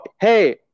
hey